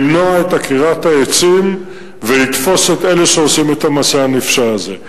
למנוע את עקירת העצים ולתפוס את אלה שעושים את המעשה הנפשע הזה.